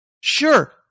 Sure